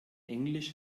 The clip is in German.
englisch